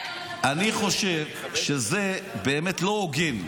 אני חושב שזה באמת לא הוגן.